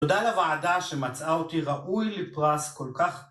תודה לוועדה שמצאה אותי ראוי לפרס כל כך...